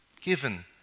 Given